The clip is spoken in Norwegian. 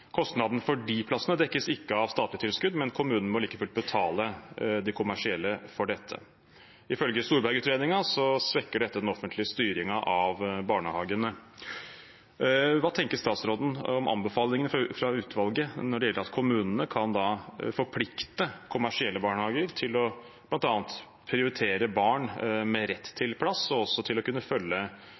Kostnaden for de plassene dekkes ikke av statlig tilskudd, men kommunen må like fullt betale de kommersielle for dette. Ifølge Storberget-utredningen svekker dette den offentlige styringen av barnehagene. Hva tenker statsråden om anbefalingene fra utvalget når det gjelder at kommunene kan forplikte kommersielle barnehager til bl.a. å prioritere barn med rett til plass, og også til å kunne følge